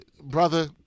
Brother